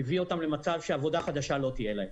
מביא אותם למצב שעבודה חדשה לא תהיה להם.